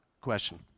question